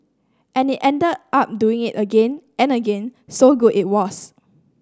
and ended up doing it again and again so good it was